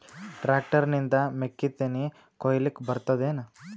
Tractor ನಿಂದ ಮೆಕ್ಕಿತೆನಿ ಕೊಯ್ಯಲಿಕ್ ಬರತದೆನ?